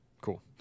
Cool